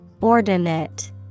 ordinate